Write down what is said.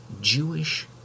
Jewish